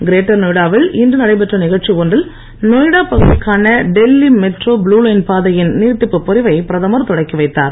greater நொய்டாவில் இன்று நடைபெற்ற நிகழ்ச்சி ஒன்றில் நொய்டா பகுதிக்கான டெல்லி மெட்ரோ புளுலைன் பாதையின் நீட்டிப்பு பிரிவை பிரதமர் தொடக்கி வைத்தார்